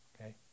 okay